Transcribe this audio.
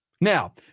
Now